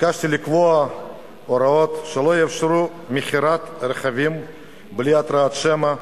ביקשתי לקבוע הוראות שלא יאפשרו מכירת רכבים בלי התרעת שמע,